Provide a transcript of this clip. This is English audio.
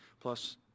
plus